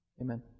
Amen